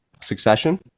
succession